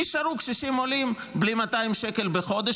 נשארו קשישים עולים בלי 200 שקל בחודש.